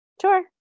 Sure